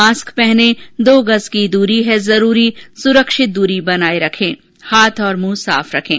mask पहनें दो गज़ की दूरी है जरूरी सुरक्षित दूरी बनाए रखें हाथ और मुंह साफ रखें